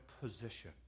position